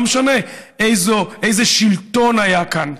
לא משנה איזה שלטון היה כאן,